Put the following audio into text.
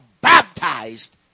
baptized